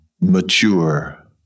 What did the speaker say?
mature